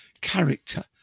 character